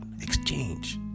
exchange